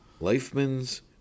Leifman's